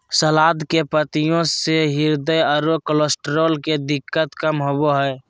सलाद के पत्तियाँ से हृदय आरो कोलेस्ट्रॉल के दिक्कत कम होबो हइ